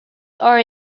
are